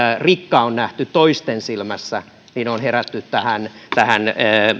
rikka on nähty toisten silmässä on herätty tähän tähän